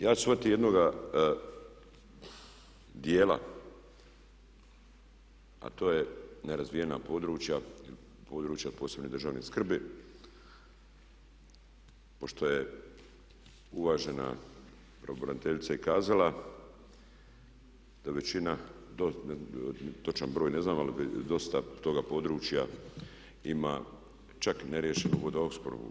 Ja ću se uhvatiti jednoga dijela a to je nerazvijena područja, područja od posebne državne skrbi pošto je uvažena pravobraniteljica i kazala da većina, točan broj ne znamo ali dosta toga područja ima čak neriješenu vodoopskrbu.